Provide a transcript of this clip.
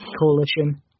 coalition